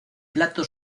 plato